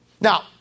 Now